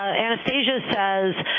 anastasia says,